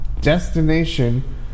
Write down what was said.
destination